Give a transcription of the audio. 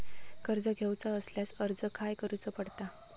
कर्ज घेऊचा असल्यास अर्ज खाय करूचो पडता?